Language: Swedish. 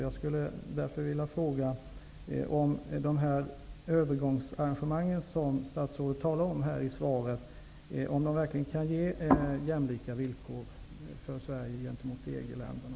Jag skulle därför vilja fråga om de övergångsarrangemang som statsrådet talar om i svaret verkligen kan ge Sverige jämlika villkor gentemot EG-länderna.